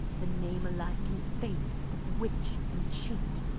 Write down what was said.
the name alike and fate of witch and cheat